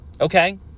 okay